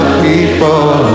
people